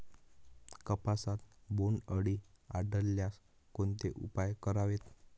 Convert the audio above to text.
कापसात बोंडअळी आढळल्यास कोणते उपाय करावेत?